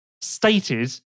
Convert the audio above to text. stated